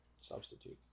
Substitute